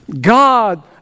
God